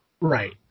Right